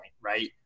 right